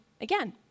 again